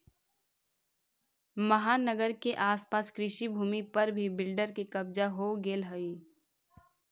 महानगर के आस पास कृषिभूमि पर भी बिल्डर के कब्जा हो गेलऽ हई